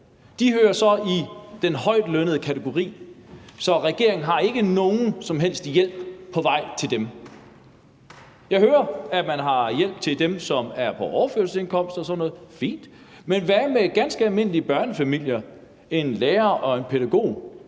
hører i den højtlønnede kategori. Så regeringen har ikke nogen som helst hjælp på vej til dem. Jeg hører, at man har hjælp til dem, som er på overførselsindkomst og sådan noget, og det er fint. Men hvad med ganske almindelige børnefamilier, en lærer og en pædagog,